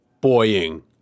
boying